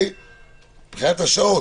מבחינת השעות,